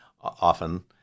often